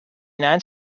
united